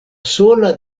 sola